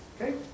Okay